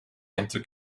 into